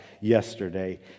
yesterday